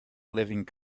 living